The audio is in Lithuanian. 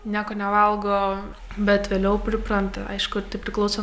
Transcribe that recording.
nieko nevalgo bet vėliau pripranta aišku ir tai priklauso